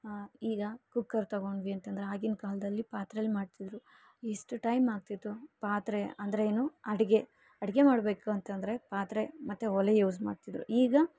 ಆಂ ಈಗ ಕುಕ್ಕರ್ ತಗೊಂಡ್ವಿ ಅಂತಂದರೆ ಆಗಿನ ಕಾಲದಲ್ಲಿ ಪಾತ್ರೆಲಿ ಮಾಡ್ತಿದ್ದರು ಇಷ್ಟು ಟೈಮ್ ಆಗ್ತಿತ್ತು ಪಾತ್ರೆ ಅಂದ್ರೇ ಅಡಿಗೆ ಅಡಿಗೆ ಮಾಡಬೇಕು ಅಂತಂದರೆ ಪಾತ್ರೆ ಮತ್ತು ಒಲೆ ಯೂಸ್ ಮಾಡ್ತಿದ್ರು ಈಗ